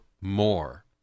more